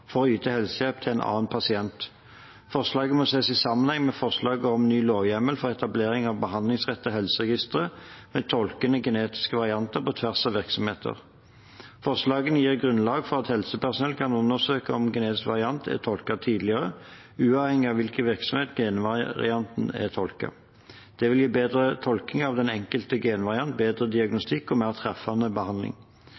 for å yte helsehjelp til en annen pasient. Forslaget må ses i sammenheng med forslaget om ny lovhjemmel for etablering av behandlingsrettet helseregister med tolkede genetiske varianter på tvers av virksomheter. Forslagene gir grunnlag for at helsepersonell kan undersøke om genetisk variant er tolket tidligere, uavhengig av i hvilken virksomhet genvarianten er tolket. Det vil gi bedre tolking av den enkelte genvariant, bedre